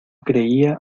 creía